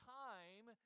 time